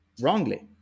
wrongly